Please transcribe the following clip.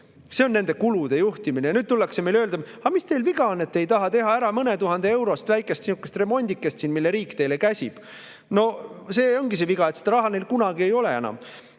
See on nende kulude juhtimine. Ja nüüd tullakse meile ütlema: aga mis teil viga on, et te ei taha teha ära mõne tuhande eurost väikest sihukest remondikest, mida riik käsib teha? No see ongi see viga, et seda raha neil kunagi ei ole enam.